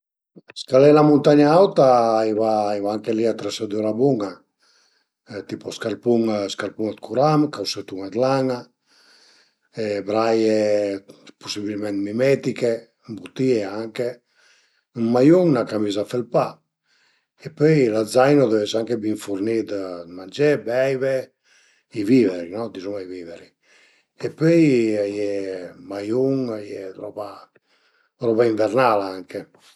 Scalé üna muntagna auta a i va a i va anche li l'atresadüra bun-a, tipu scarpun scarpum d'curam, causetun d'lana e braie pusibilment mimetiche, ëmbutìe anche, ün maiun, 'na camiza fëlpà e pöi lë zaino a deu ese anche bin furnì dë mangé, beive, i viveri, no, dizuma i viveri e pöi a ie maiun, roba roba invernala anche